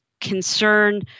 concern